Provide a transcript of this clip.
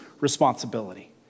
responsibility